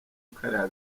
kariya